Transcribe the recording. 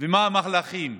ומה המהלכים,